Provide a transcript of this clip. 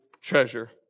treasure